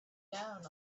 down